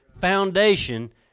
foundation